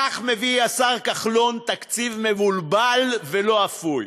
כך מביא השר כחלון תקציב מבולבל ולא אפוי.